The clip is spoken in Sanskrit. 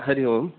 हरिः ओम्